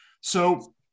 So-